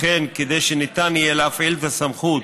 לכן, כדי שניתן יהיה להפעיל את הסמכות